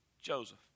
joseph